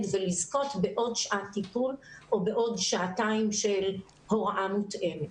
ולזכות בעוד שעת טיפול או בעוד שעתיים של הוראה מותאמת.